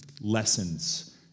lessons